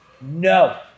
no